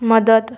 मदत